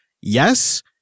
Yes